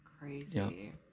crazy